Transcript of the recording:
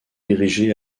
érigé